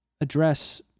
address